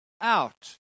out